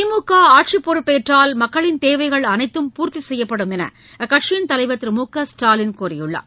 திமுக ஆட்சிப் பொறுப்பேற்றால் மக்களின் தேவைகள் அனைத்தும் பூர்த்தி செய்யப்படும் என்று அக்கட்சியின் தலைவர் திரு மு க ஸ்டாலின் கூறியுள்ளார்